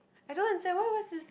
I don't understand why what's this